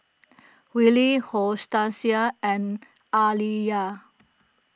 Willie Hortencia and Aaliyah